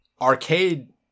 Arcade